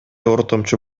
ортомчу